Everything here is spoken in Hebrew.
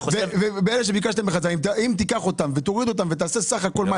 אם תיקח אותם ותעשה סך הכול,